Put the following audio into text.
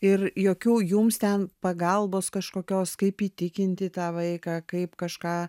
ir jokių jums ten pagalbos kažkokios kaip įtikinti tą vaiką kaip kažką